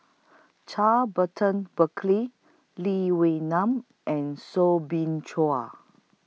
Charles Burton Buckley Lee Wee Nam and Soo Bin Chua